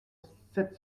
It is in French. sept